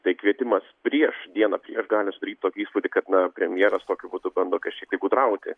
tai kvietimas prieš dieną prieš gali sudaryti tokį įspūdį kad premjeras tokiu būdu bando kažkiek tai gudrauti